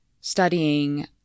studying